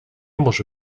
może